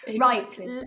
right